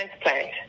transplant